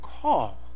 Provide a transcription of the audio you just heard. call